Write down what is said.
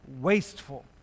wasteful